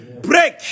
break